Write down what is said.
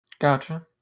Gotcha